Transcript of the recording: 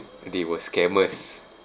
they were scammers